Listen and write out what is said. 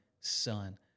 son